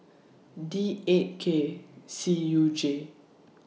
D eight K C U J